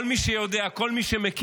כל מי שיודע, כל מי שמכיר,